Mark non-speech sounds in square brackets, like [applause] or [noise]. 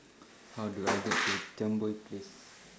[noise] How Do I get to Jambol Place